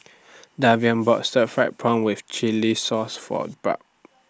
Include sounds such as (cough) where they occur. (unintelligible) bought (noise) Stir Fried Prawn with Chili Sauce For Barb